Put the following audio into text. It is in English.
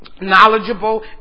knowledgeable